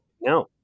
No